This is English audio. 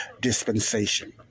dispensation